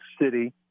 city